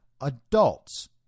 adults